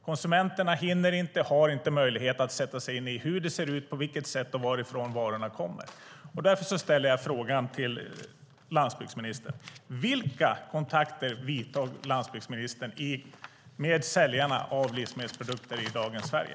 Konsumenterna hinner inte och har inte möjlighet att sätta sig in i hur det ser ut, på vilket sätt och varifrån varorna kommer. Jag ställer därför frågan till landsbygdsministern: Vilka kontakter tar landsbygdsministern med säljarna av livsmedelsprodukter i dagens Sverige?